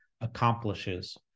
accomplishes